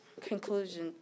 Conclusion